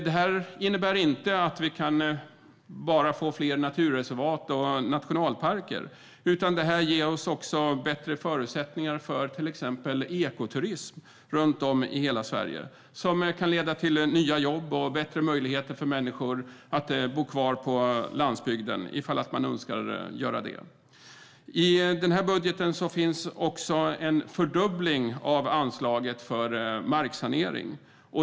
Det här innebär inte att vi bara kan få fler naturreservat och nationalparker, utan det ger oss också bättre förutsättningar för till exempel ekoturism runt om i hela Sverige. Det kan leda till nya jobb och bättre möjligheter för människor att bo kvar på landsbygden om de önskar göra det. I den här budgeten finns också en fördubbling av anslaget för marksanering.